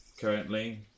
currently